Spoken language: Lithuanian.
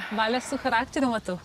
valia su charakteriu matau